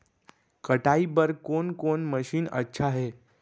कटाई बर कोन कोन मशीन अच्छा हे?